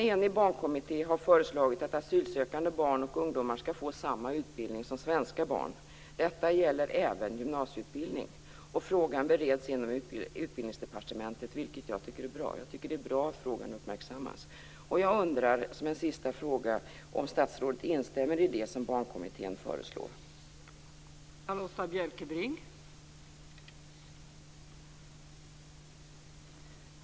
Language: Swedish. Detta är naturligtvis ingen bra situation. Tillvaron blir pressande för såväl utlänningarna som personalen vid Invandrarverkets mottagningsenheter. För att komma till rätta med dessa problem har Sverige ingått avtal med vissa länder.